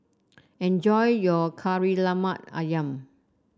enjoy your Kari Lemak ayam